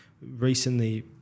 recently